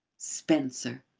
spencer!